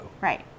right